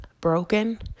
broken